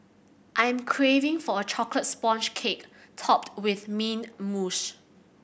I am craving for a chocolate sponge cake topped with mint mousse